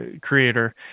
creator